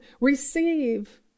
receive